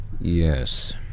Yes